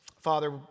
Father